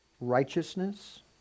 righteousness